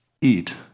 eat